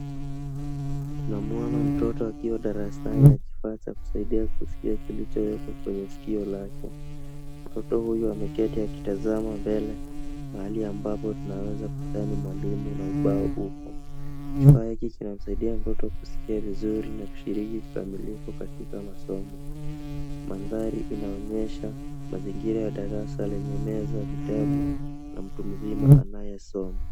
Tunaona mtoto akiwa darasani na kifaa cha kusaidia kusikia kilichowekwa kwenye sikio lake. Mtoto huyu ameketi akitazama mbele mahali ambapo tunaweza kudhani mwalimu na ubao upo. Kifaa hiki kinamsaidia mtoto kusikia vizuri na kushiriki kikamiifu katika masomo. Mandhari inaonyesha mazingira ya darasa lenye meza, vitabu na mtu mzima anayesoma.